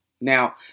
Now